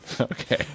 okay